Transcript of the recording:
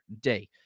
day